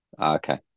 Okay